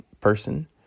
person